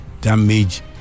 damage